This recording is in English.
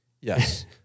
Yes